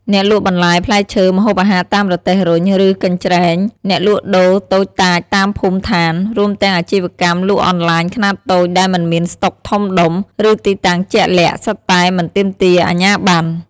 អ្នកលក់បន្លែ ផ្លែឈើ ម្ហូបអាហារតាមរទេះរុញ ឬកញ្ច្រែង អ្នកលក់ដូរតូចតាចតាមភូមិឋាន រួមទាំងអាជីវកម្មលក់អនឡាញខ្នាតតូចដែលមិនមានស្តុកធំដុំ ឬទីតាំងជាក់លាក់ សុទ្ធតែមិនទាមទារអាជ្ញាប័ណ្ណ។